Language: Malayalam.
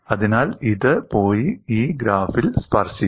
അതിനാൽ ഇത് പോയി ഈ ഗ്രാഫിൽ സ്പർശിക്കും